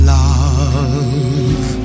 love